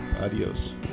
Adios